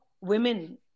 women